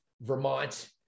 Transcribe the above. Vermont